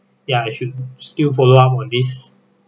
ya I should still follow up on this